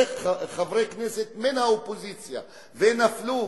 כשחברי כנסת מן האופוזיציה הגישו הצעות חוק ונפלו,